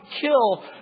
kill